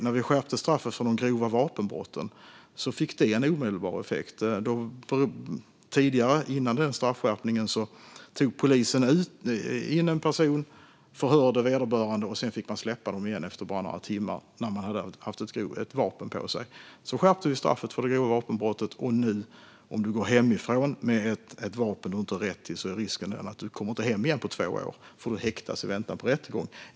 När vi skärpte straffet för de grova vapenbrotten visade det sig att det fick en omedelbar effekt - innan den straffskärpningen tog polisen in en person, förhörde vederbörande och fick sedan släppa denne igen efter bara några timmar, trots att personen haft ett vapen på sig. Sedan skärpte vi straffet för det grova vapenbrottet, och om du nu går hemifrån med ett vapen du inte har rätt att ha är risken att du inte kommer hem igen på två år. Du häktas nämligen i väntan på rättegång.